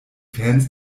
fans